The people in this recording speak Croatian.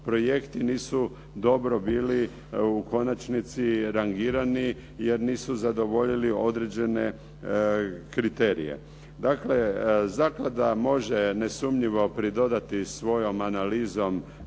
projekti nisu dobro bili u konačnici rangirani, jer nisu zadovoljili određene kriterije. Dakle, zaklada može nesumnjivo pridodati svojom analizom